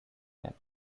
yet